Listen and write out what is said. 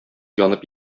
янып